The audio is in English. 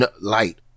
light